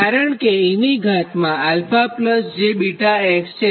કારણ કે e ની ઘાતમાં 𝛼jβ x છે